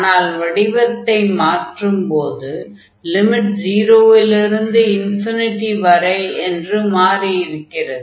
ஆனால் வடிவத்தை மாற்றும்போது லிமிட் 0 லிருந்து வரை என்று மாறி இருக்கிறது